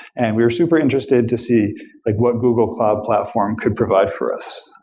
and we are super interested to see like what google cloud platform could provide for us.